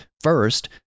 first